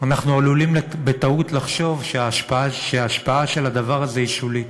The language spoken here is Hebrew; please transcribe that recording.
אנחנו עלולים בטעות לחשוב שההשפעה של הדבר הזה היא שולית